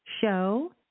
show